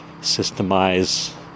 systemize